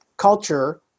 culture